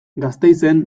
gasteizen